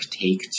take